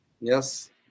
Yes